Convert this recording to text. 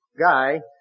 guy